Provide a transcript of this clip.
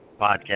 podcast